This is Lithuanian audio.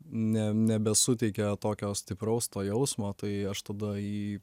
ne nebesuteikia tokio stipraus to jausmo tai aš tada jį